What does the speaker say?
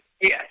Yes